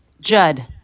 Judd